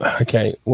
okay